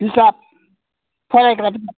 बिजाब फरायग्रा बिजाब